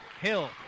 Hill